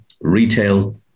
retail